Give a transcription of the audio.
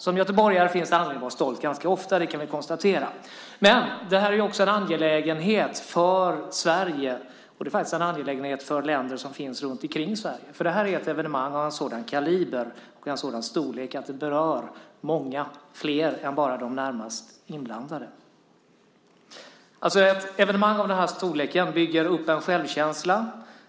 Som göteborgare finns det anledning att vara stolt ganska ofta; det kan vi konstatera. Men det här är också en angelägenhet för Sverige och faktiskt också för länder runtomkring Sverige, för det här är ett evenemang av en sådan kaliber och en sådan storlek att det berör många flera än bara de närmast inblandade. Ett evenemang av den här storleken bygger upp en självkänsla.